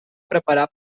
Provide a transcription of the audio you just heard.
preparar